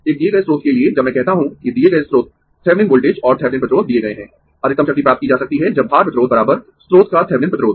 एक दिए गए स्रोत के लिए जब मैं कहता हूं कि दिए गए स्रोत थेविनिन वोल्टेज और थेविनिन प्रतिरोध दिए गए है अधिकतम शक्ति प्राप्त की जा सकती है जब भार प्रतिरोध स्रोत का थेविनिन प्रतिरोध